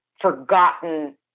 forgotten